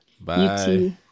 Bye